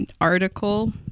article